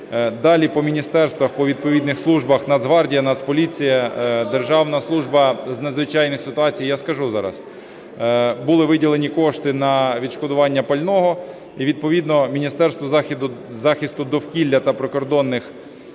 Далі. По міністерствах, по відповідних службах, Нацгвардія, Нацполіція, Державна служба з надзвичайний ситуацій (я скажу зараз) були виділені кошти на відшкодування пального. І відповідно Міністерство захисту довкілля та природних